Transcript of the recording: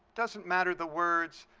doesn't matter the words.